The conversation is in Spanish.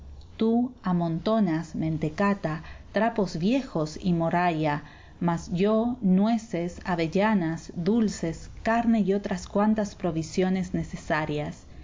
falta tú amontonas mentecata trapos viejos y morralla mas yo nueces avellanas dulces carne y otras cuantas provisiones necesarias